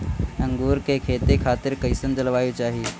अंगूर के खेती खातिर कइसन जलवायु चाही?